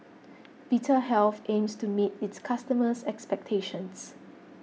Vitahealth aims to meet its customers' expectations